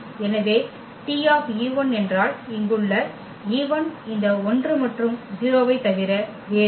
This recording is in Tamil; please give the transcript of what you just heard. எனவே T என்றால் இங்குள்ள e1 இந்த 1 மற்றும் 0 ஐத் தவிர வேறில்லை